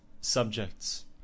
subjects